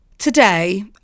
Today